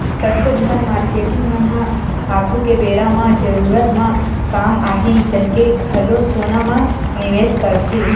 कतको झन मारकेटिंग मन ह आघु के बेरा म जरूरत म काम आही कहिके घलो सोना म निवेस करथे